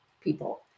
people